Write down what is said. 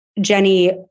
Jenny